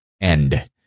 end